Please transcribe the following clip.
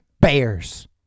bears